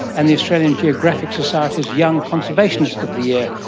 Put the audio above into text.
and the australian geographic society's young conservationist of the year,